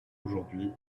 aujourd’hui